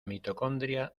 mitocondria